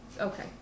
okay